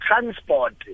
transport